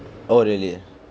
oh really ah